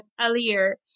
earlier